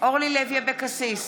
אורלי לוי אבקסיס,